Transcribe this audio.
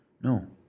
no